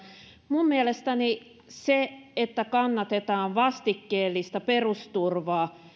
minun mielestäni se että kannatetaan vastikkeellista perusturvaa